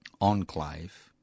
enclave